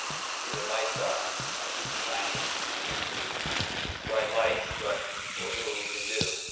i see the lights are nice and shiny. i'm not used to bright lights, but we'll do what we can do.